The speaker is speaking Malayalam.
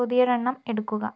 പുതിയൊരെണ്ണം എടുക്കുക